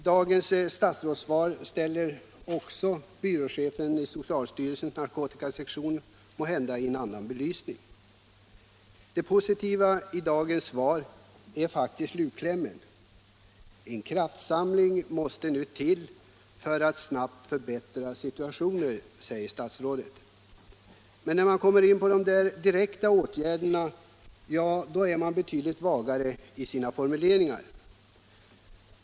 Dagens statsrådssvar ställer måhända också uttalandet av byråchefen i socialstyrelsens narkotikasektion i en annan belysning. Det positiva i dagens svar är faktiskt slutklämmen, där det sägs: ”En kraftsamling måste nu till för att snabbt förbättra situationen.” Men när statsrådet kommer in på de direkta åtgärderna är han betydligt vagare i sina formuleringar.